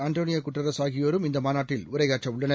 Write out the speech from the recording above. Antonio Guterres ஆகியோரும் இந்தமாநாட்டில் உரையாற்றவுள்ளனர்